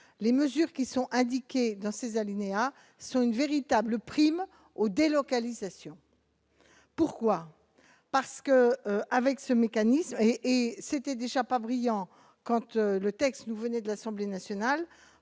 les mesures qui sont indiqués dans ces alinéas sur une véritable prime aux délocalisations, pourquoi, parce que, avec ce mécanisme et et c'était déjà pas brillant Kant le texte nous venait de l'Assemblée nationale,